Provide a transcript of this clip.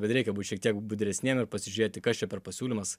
bet reikia būt šiek tiek budresniem ir pasižiūrėti kas čia per pasiūlymas